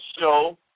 show